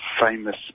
famous